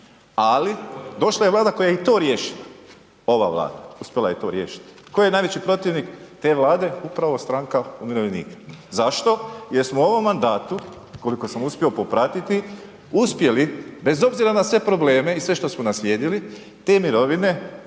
Ali, došla je Vlada koja je i to riješila. Ova Vlada uspjela je to riješiti. Ko je najveći protivnik te Vlade? Upravo stranka umirovljenika. Zašto? Jer smo u ovom mandatu, koliko sam uspio popratiti, uspjeli bez obzira na sve probleme i sve što smo naslijedili, te mirovine